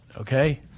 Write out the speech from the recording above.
Okay